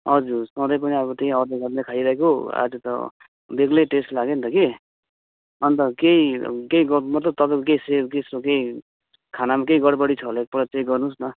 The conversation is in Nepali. हजुर सधैँ पनि अब त्यही अर्डर गरेर खाइरहेको आज त बेग्लै टेस्ट लाग्यो नि त कि अन्त केही केही गर्नु मतलब तपाईँको केही सेफ त्यस्तो केही खानामा केही गडबडी छ होला एकपल्ट चेक गर्नुहोस् न